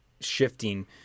shifting